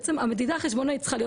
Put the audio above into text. בעצם המדידה החשבונאית צריכה להיות